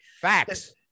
Facts